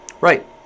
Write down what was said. Right